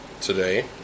today